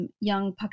young